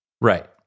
Right